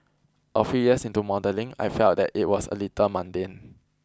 a few years into modelling I felt that it was a little mundane